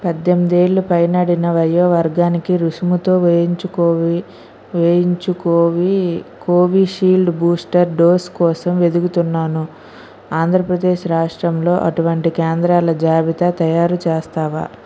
పద్దెనిమిది ఏళ్ళు పైనడిన వయో వర్గానికి రుసుముతో వేయించుకోవి వేయించుకోవి కోవిషీల్డ్ బూస్టర్ డోస్ కోసం వెదుకుతున్నాను ఆంధ్రప్రదేశ్ రాష్ట్రంలో అటువంటి కేంద్రాల జాబితా తయారు చేస్తావా